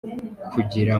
kugira